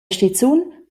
stizun